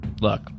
look